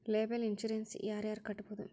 liable insurance ಯಾರ್ ಯಾರ್ ಕಟ್ಬೊದು